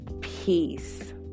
peace